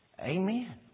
Amen